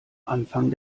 anfang